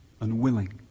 Unwilling